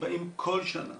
שבאים כל שנה